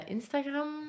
Instagram